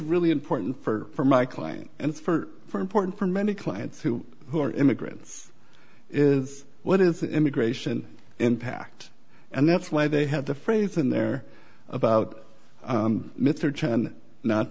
really important for my client and for important for many clients who who are immigrants is what is the immigration impact and that's why they have the phrase in there about